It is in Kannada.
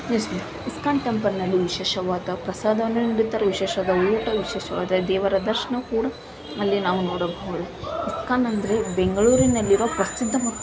ಇಸ್ಕ್ ಇಸ್ಕಾನ್ ಟೆಂಪಲಿನಲ್ಲಿ ವಿಶೇಷವಾದ ಪ್ರಸಾದವನ್ನು ನೀಡುತ್ತಾರೆ ವಿಶೇಷವಾದ ಊಟ ವಿಶೇಷವಾದ ದೇವರ ದರ್ಶನ ಕೂಡ ಅಲ್ಲಿ ನಾವು ನೋಡಬಹುದು ಇಸ್ಕಾನ್ ಅಂದರೆ ಬೆಂಗಳೂರಿನಲ್ಲಿರುವ ಪ್ರಸಿದ್ಧ ಮತ್ತು